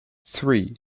three